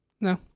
No